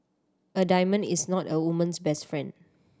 a diamond is not a woman's best friend